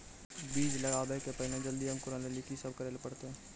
बीज लगावे के पहिले जल्दी अंकुरण लेली की सब करे ले परतै?